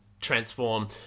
transform